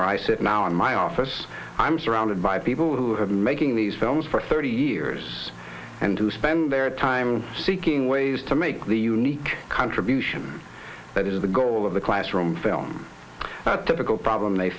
where i sit now in my office i'm surrounded by people who have been making these films for thirty years and to spend their time seeking ways to make the unique contribution that is the goal of the classroom film typical problem they